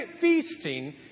feasting